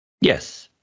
Yes